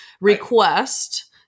request